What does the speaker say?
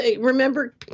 remember